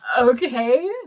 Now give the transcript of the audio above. okay